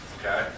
Okay